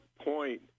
point